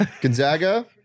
Gonzaga